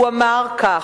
הוא אמר כך: